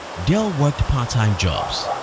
dell worked part-time jobs.